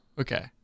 Okay